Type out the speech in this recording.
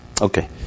Okay